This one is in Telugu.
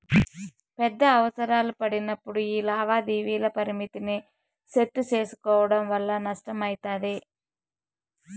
పెద్ద అవసరాలు పడినప్పుడు యీ లావాదేవీల పరిమితిని సెట్టు సేసుకోవడం వల్ల నష్టమయితది